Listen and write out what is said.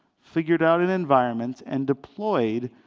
figured out an environment, and deployed